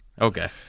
Okay